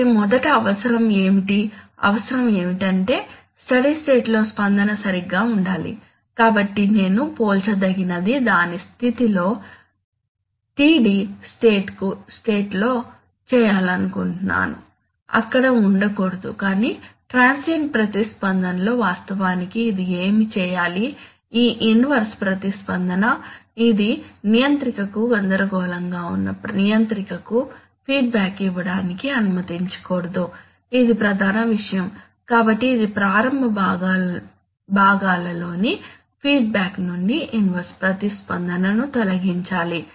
కాబట్టి మొదట అవసరం ఏమిటి అవసరం ఏమిటంటే స్టడీ స్టేట్ లో స్పందన సరిగ్గా ఉండాలి కాబట్టి నేను పోల్చదగినది దాని స్థితిలో టీడీ స్టేట్ లో చేయాలనుకుంటున్నాను అక్కడ ఉండకూడదు కాని ట్రాన్సియెంట్ ప్రతిస్పందనలో వాస్తవానికి ఇది ఏమి చేయాలి ఈ ఇన్వర్స్ ప్రతిస్పందన ఇది నియంత్రికకు గందరగోళంగా ఉన్న నియంత్రికకు ఫీడ్బ్యాక్ ఇవ్వడానికి అనుమతించకూడదు ఇది ప్రధాన విషయం కాబట్టి ఇది ప్రారంభ భాగాలలోని ఫీడ్బ్యాక్ నుండి ఇన్వర్స్ ప్రతిస్పందనను తొలగించాలి